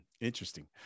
Interesting